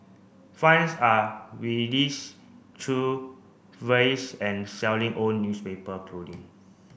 funds are release through and selling own newspaper clothing